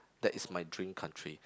that is my dream country